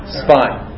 spine